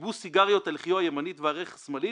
כיבו סיגריות על לחיו הימנית והירך השמאלית,